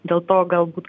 dėl to galbūt